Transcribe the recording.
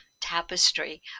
tapestry